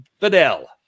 fidel